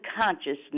consciousness